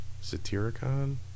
Satyricon